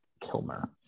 Kilmer